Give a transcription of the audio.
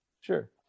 Sure